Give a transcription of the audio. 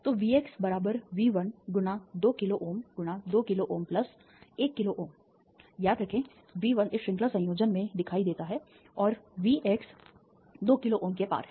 तो Vx V 1 गुना 2 किलोΩ गुणा 2 किलोΩ1 किलोΩ याद रखें V 1 इस श्रृंखला संयोजन में दिखाई देता है और v x 2 किलोΩ के पार है